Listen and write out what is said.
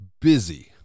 busy